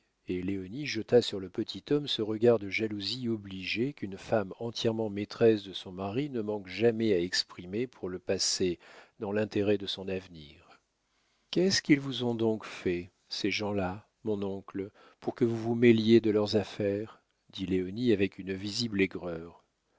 et léonie jeta sur le petit homme ce regard de jalousie obligée qu'une femme entièrement maîtresse de son mari ne manque jamais à exprimer pour le passé dans l'intérêt de son avenir qu'est-ce qu'ils vous ont donc fait ces gens-là mon oncle pour que vous vous mêliez de leurs affaires dit léonie avec une visible aigreur